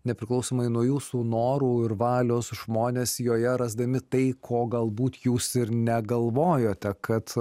nepriklausomai nuo jūsų norų ir valios žmonės joje rasdami tai ko galbūt jūs ir negalvojote kad